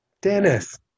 Dennis